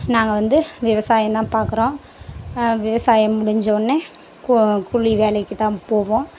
நாங்கள் வந்து விவசாயம்தான் பார்க்கறோம் விவசாயம் முடிஞ்ச உட்னே கோ கூலி வேலைக்கு தான் போவோம்